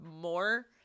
more